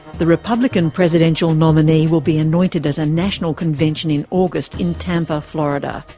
the republican presidential nominee will be anointed at a national convention in august in tampa, florida.